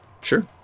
Sure